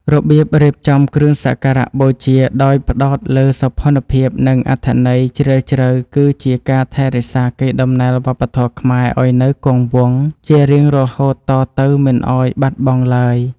របៀបរៀបចំគ្រឿងសក្ការៈបូជាដោយផ្ដោតលើសោភ័ណភាពនិងអត្ថន័យជ្រាលជ្រៅគឺជាការថែរក្សាកេរដំណែលវប្បធម៌ខ្មែរឱ្យនៅគង់វង្សជារៀងរហូតតទៅមិនឱ្យបាត់បង់ឡើយ។